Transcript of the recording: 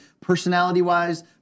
personality-wise